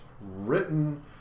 written